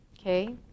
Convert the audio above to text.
Okay